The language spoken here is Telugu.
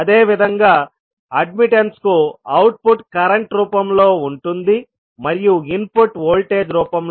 అదేవిధంగా అడ్మిటెన్స్ కు అవుట్పుట్ కరెంట్ రూపంలో ఉంటుంది మరియు ఇన్పుట్ వోల్టేజ్ రూపంలో ఉంటుంది